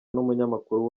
n’umunyamakuru